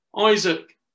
Isaac